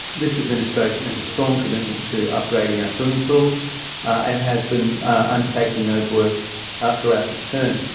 this administration has a strong commitment to upgrading our swimming pools and has been undertaking those works ah throughout this term.